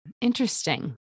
interesting